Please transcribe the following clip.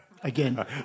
Again